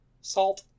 Salt